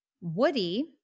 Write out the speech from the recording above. woody